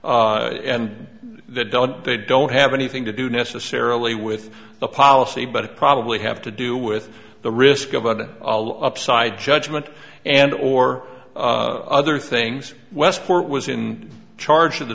and that don't they don't have anything to do necessarily with the policy but it probably have to do with the risk of an upside judgment and or other things westport was in charge of the